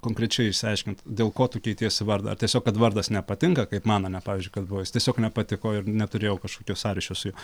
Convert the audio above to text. konkrečiai išsiaiškint dėl ko tu keitiesi vardą ar tiesiog kad vardas nepatinka kaip man pavyzdžiui kad buvo jis tiesiog nepatiko ir neturėjau kažkokio sąryšio su juo